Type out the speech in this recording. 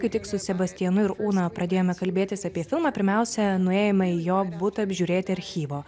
kai tik su sebastianu ir una pradėjome kalbėtis apie filmą pirmiausia nuėjome į jo butą apžiūrėti archyvo